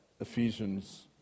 Ephesians